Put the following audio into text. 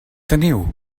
teniu